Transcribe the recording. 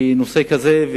בנושא כזה,